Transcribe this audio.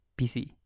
PC